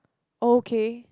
okay